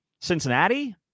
Cincinnati